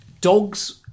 Dogs